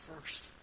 first